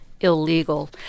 Illegal